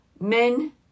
Men